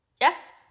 Yes